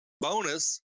bonus